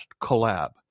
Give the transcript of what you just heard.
collab